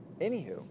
Anywho